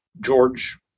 George